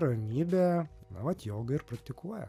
ramybę na vat joga ir praktikuoja